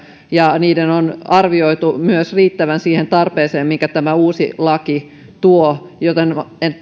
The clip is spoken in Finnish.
ja niiden on arvioitu myös riittävän siihen tarpeeseen minkä tämä uusi laki tuo joten